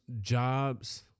jobs